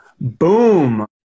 boom